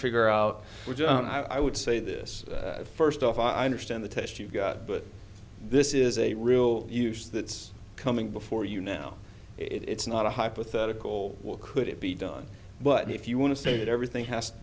figure out which i would say this first off i understand the test you've got but this is a real use that's coming before you now it's not a hypothetical what could it be done but if you want to say that everything has t